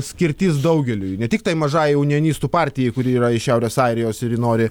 skirtis daugeliui ne tiktai mažąjai unionistų partijai kuri yra iš šiaurės airijos ir ji nori